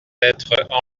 être